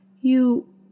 You